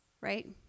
Right